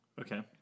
Okay